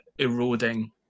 eroding